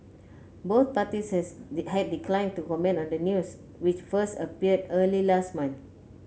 both parties had declined to comment on the news which first appeared early last month